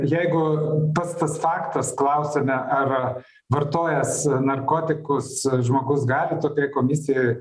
jeigu pats tas faktas klausiame ar vartojęs narkotikus žmogus gali tokioj komisijoj